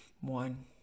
one